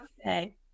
okay